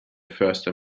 förster